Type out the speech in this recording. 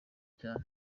cyane